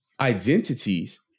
identities